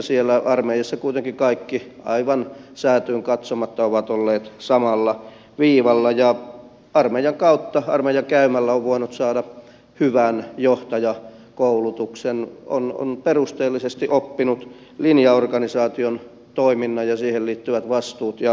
siellä armeijassa kuitenkin kaikki aivan säätyyn katsomatta ovat olleet samalla viivalla ja armeijan kautta armeijan käymällä on voinut saada hyvän johtajakoulutuksen on perusteellisesti oppinut linjaorganisaation toiminnan ja siihen liittyvät vastuut ja vallankäytön